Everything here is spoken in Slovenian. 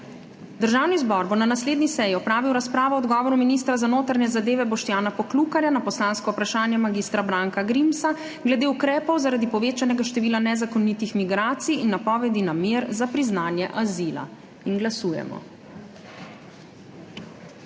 Državni zbor bo na naslednji seji opravil razpravo o odgovoru ministra za notranje zadeve Boštjana Poklukarja na poslansko vprašanje mag. Branka Grimsa glede ukrepov zaradi povečanega števila nezakonitih migracij in napovedi namer za priznanje azila. Glasujemo.